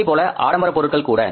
அதேபோல ஆடம்பரப் பொருட்கள் கூட